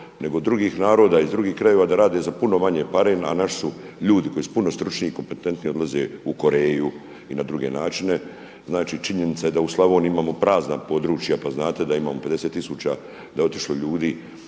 nego drugih naroda iz drugih krajeva da rade za puno manje pare, a naši su ljudi koji su puno stručniji i kompetentniji odlaze u Koreju i na druge načine. Znači, činjenica je da u Slavoniji imamo prazna područja, pa znate da imamo 50000, da je otišlo ljudi